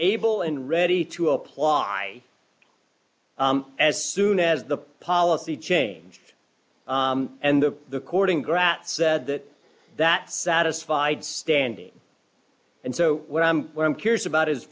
able and ready to apply as soon as the policy changed and the the chording grat said that that satisfied standing and so what i'm what i'm curious about is